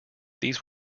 these